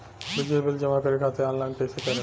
बिजली बिल जमा करे खातिर आनलाइन कइसे करम?